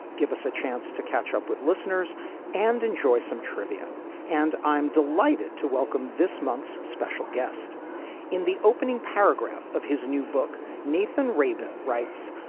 give us a chance to catch up with listeners and enjoy some trivia and i'm delighted to welcome this month's special guest in the opening paragraph of his new book, nathan rayborn writes,